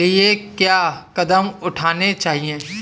लिए क्या कदम उठाने चाहिए?